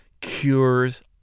cures